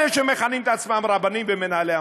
אלה שמכנים את עצמם רבנים ומנהלי מוסדות.